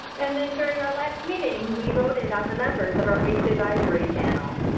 and then during our last meeting, we voted on the members of our waste advisory panel.